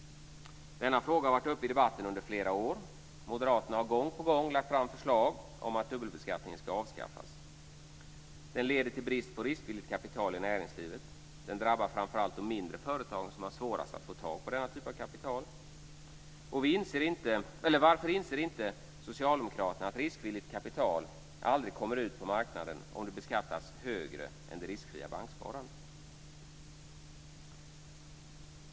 Denna fråga har varit uppe i debatten under flera år. Moderaterna har gång på gång lagt fram förslag om att dubbelbeskattningen ska avskaffas. Den leder till brist på riskvilligt kapital i näringslivet. Den drabbar framför allt de mindre företagen, som har svårast att få tag på denna typ av kapital. Varför inser inte Socialdemokraterna att riskvilligt kapital aldrig kommer ut på marknaden om det beskattas högre än det riskfria banksparandet?